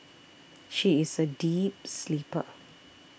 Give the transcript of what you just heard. she is a deep sleeper